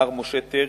מר משה טרי,